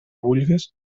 vulgues